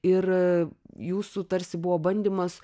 ir jūsų tarsi buvo bandymas